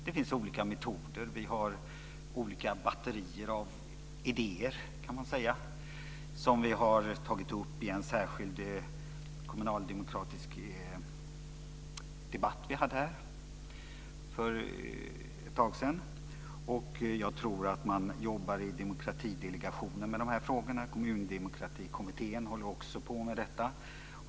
Det finns olika metoder. Vi har olika batterier av idéer, kan man säga, som vi har tagit upp i en särskild kommunaldemokratisk debatt här för ett tag sedan. Jag tror att man jobbar i Demokratidelegationen med de här frågorna, Kommundemokratikommittén håller också på med detta.